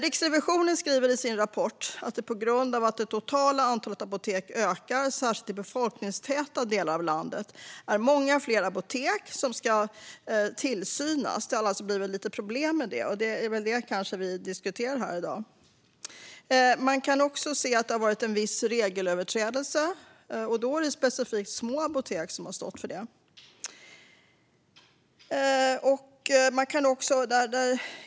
Riksrevisionen skriver i sin rapport att det på grund av att totala antalet apotek ökar, särskilt i befolkningstäta delar av landet, är många fler apotek som det ska utövas tillsyn över. Det har blivit lite problem med det. Och det är kanske det vi diskuterar här i dag. Man kan också se viss regelöverträdelse. Specifikt små apotek har stått för det.